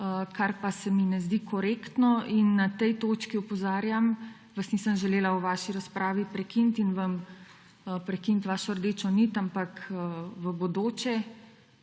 kar pa se mi ne zdi korektno. Na tej točki opozarjam, vas nisem želela v vaši razpravi prekiniti in vam prekiniti vašo rdečo nit, ampak v bodoče